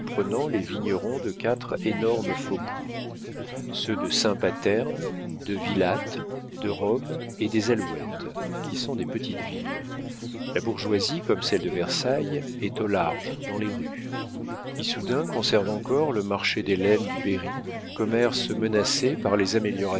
les vignerons de quatre énormes faubourgs ceux de saint paterne de vilatte de rome et des alouettes qui sont des petites villes la bourgeoisie comme celle de versailles est au large dans les rues issoudun conserve encore le marché des laines du berry commerce menacé par les